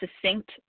succinct